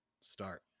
start